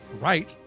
right